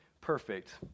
perfect